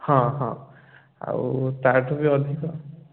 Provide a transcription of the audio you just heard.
ହଁ ହଁ ଆଉ ତାଠୁ ବି ଅଧିକା